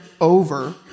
over